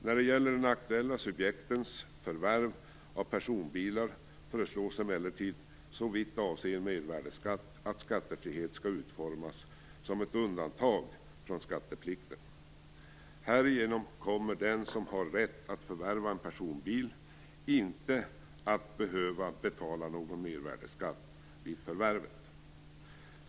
När det gäller de aktuella subjektens förvärv av personbilar föreslås emellertid såvitt avser mervärdesskatt att skattefrihet skall utformas som ett undantag från skatteplikten. Härigenom kommer den som har rätt att förvärva en personbil inte att behöva betala någon mervärdesskatt vid förvärvet.